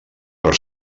per